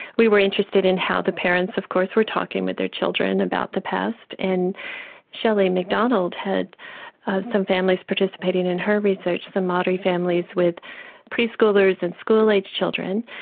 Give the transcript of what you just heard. we were interested in how the parents of course were talking with their children about the past, and shelly macdonald had some families participating in her research, some maori families with pre-schoolers and school age children,